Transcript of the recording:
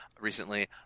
recently